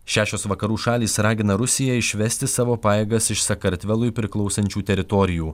šešios vakarų šalys ragina rusiją išvesti savo pajėgas iš sakartvelui priklausančių teritorijų